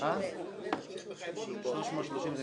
330 בערך.